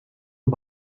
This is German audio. und